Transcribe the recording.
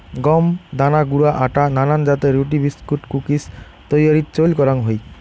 গম দানা গুঁড়া আটা নানান জাতের রুটি, বিস্কুট, কুকিজ তৈয়ারীত চইল করাং হই